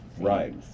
Right